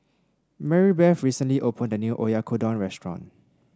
Marybeth recently opened a new Oyakodon restaurant